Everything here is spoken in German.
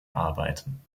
arbeiten